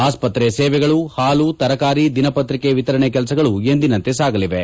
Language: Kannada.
ಆಸ್ಪತ್ರೆ ಸೇವೆಗಳು ಹಾಲು ತರಕಾರಿ ದಿನಪತ್ರಿಕೆ ವಿತರಣೆ ಕೆಲಸಗಳು ಎಂದಿನಂತೆ ಸಾಗಲಿವೆ